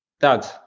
dad